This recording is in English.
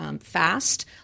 Fast